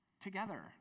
Together